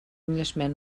englishman